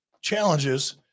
challenges